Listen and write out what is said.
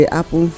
apple